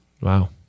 Wow